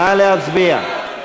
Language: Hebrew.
נא להצביע.